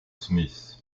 smith